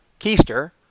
keister